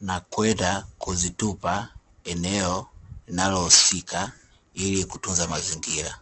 na kwenda kuzitupa eneo inalohusika ili kutunza mazingira.